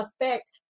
affect